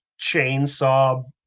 chainsaw